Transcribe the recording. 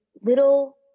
little